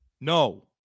No